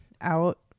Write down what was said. out